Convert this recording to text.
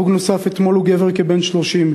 הרוג נוסף אתמול הוא גבר כבן 30,